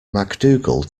macdougall